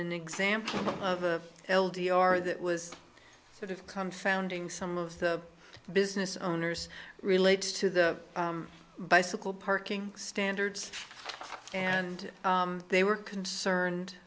an example of a l d r that was sort of come founding some of the business owners relates to the bicycle parking standards and they were concerned